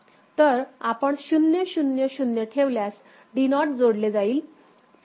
तर आपण 0 0 0 ठेवल्यास D नॉट जोडले जाईल